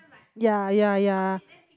ya ya ya